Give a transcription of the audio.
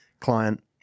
Client